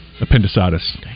Appendicitis